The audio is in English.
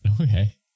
Okay